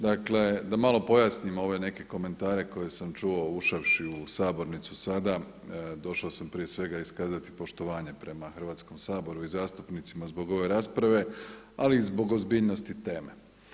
Dakle, da malo pojasnimo ove neke komentare koje sam čuo ušavši u sabornicu sada, došao sam prije svega iskazati poštovanje prema Hrvatskom saboru i zastupnicima zbog ove rasprave ali i zbog ozbiljnosti teme.